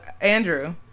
Andrew